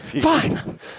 Fine